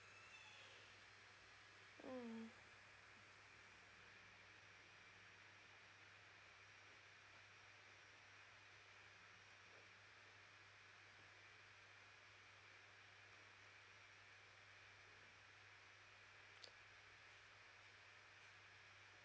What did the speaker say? mm